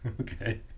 Okay